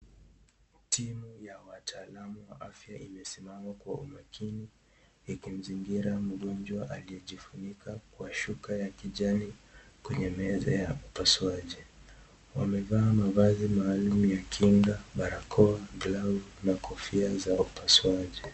Timu ya wataalamu wa afya imesimama kwa umakini ikimzingira mgonjwa aliyejifunika kwa shuka ya kijani kwenye meza ya upasuaji. Wamevaa mavazi maalum ya kinga barakoa, glavu na kofia za upasuaji.